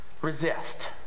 Resist